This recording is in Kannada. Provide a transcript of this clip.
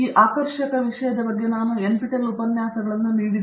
ಈ ಆಕರ್ಷಕ ವಿಷಯದ ಬಗ್ಗೆ ನಾನು NPTEL ಉಪನ್ಯಾಸಗಳನ್ನು ನೀಡಿದೆ